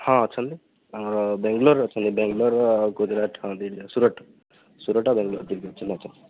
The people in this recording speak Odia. ହଁ ଅଛନ୍ତି ଆମର ବେଙ୍ଗଲୋର୍ରେ ଅଛନ୍ତି ବେଙ୍ଗଲୋର୍ ଗୁଜୁରାଟ ହଁ ଦୁଇ ଜାଗା ସୁରଟ ସୁରଟ ଆଉ ବେଙ୍ଗଲୋର୍ ହେଲା